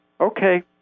okay